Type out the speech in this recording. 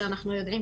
שאנחנו יודעים,